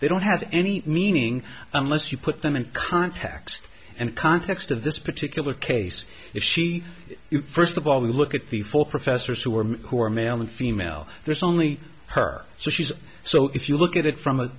they don't have any meaning unless you put them in context and context of this particular case if she first of all we look at the full professors who are who are male and female there's only her so she's so if you look at it from a